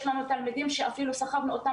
יש לנו תלמידים שאפילו סחבנו אותם